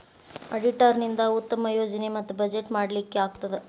auditor ನಿಂದಾ ಉತ್ತಮ ಯೋಜನೆ ಮತ್ತ ಬಜೆಟ್ ಮಾಡ್ಲಿಕ್ಕೆ ಆಗ್ತದ